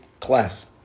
class